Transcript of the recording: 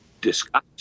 discuss